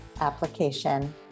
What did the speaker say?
application